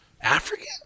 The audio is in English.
African